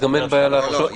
נעסוק בזה.